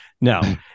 no